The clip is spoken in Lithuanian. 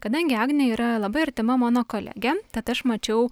kadangi agnė yra labai artima mano kolegė tad aš mačiau